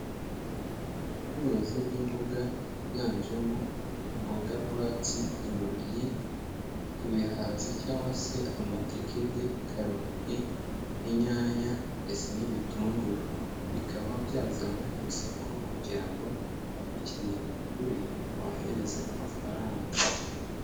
Ubucuruzi bw'imboga ziganjemo, imboga rwatsi, intoryi, ibihaza cyangwa se amadegede, karoti, inyanya ndetse n'ibitunguru, bikaba byazanywe ku isoko kugira ngo ababikeneye babigure babahereze amafaranga.